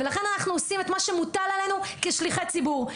ולכן אנחנו עושים את מה שמוטל עלינו כשליחי ציבור.